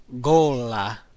Gola